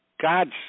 God's